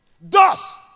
Thus